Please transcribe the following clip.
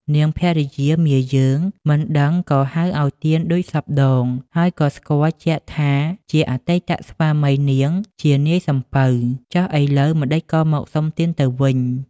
នាងជាភរិយាមាយើងមិនដឹងក៏ហៅឱ្យទានដូចសព្វដង ហើយក៏ស្គាល់ជាក់ថាជាអតីតស្វាមីនាងជានាយសំពៅ ចុះឥឡូវម្តេចក៏មកសុំទានទៅវិញ។